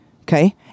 Okay